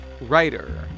Writer